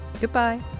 Goodbye